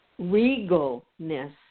regalness